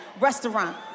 restaurant